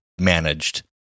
managed